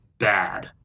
bad